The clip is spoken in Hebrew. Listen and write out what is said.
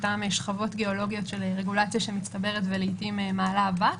אותן שכבות גיאולוגיות של רגולציה שמצטברת ולעיתים מעלה אבק,